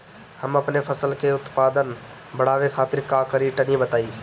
हम अपने फसल के उत्पादन बड़ावे खातिर का करी टनी बताई?